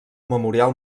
memorial